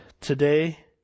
today